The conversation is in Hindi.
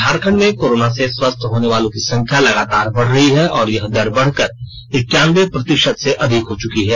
झारखंड में कोरोना से स्वस्थ होनेवालों की संख्या लगातार बढ़ रही है और यह दर बढ़कर इक्यानबे प्रतिशत से अधिक हो चुकी है